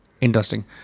Interesting